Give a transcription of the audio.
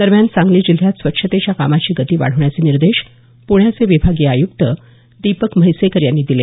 दरम्यान सांगली जिल्ह्यात स्वच्छतेच्या कामाची गती वाढवण्याचे निर्देश प्ण्याचे विभागीय आयुक्त दीपक म्हैसेकर यांनी दिले